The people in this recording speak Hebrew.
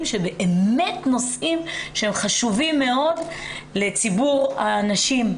שהם באמת נושאים חשובים מאוד לציבור הנשים.